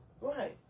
Right